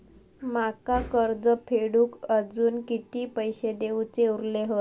माका कर्ज फेडूक आजुन किती पैशे देऊचे उरले हत?